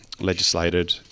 legislated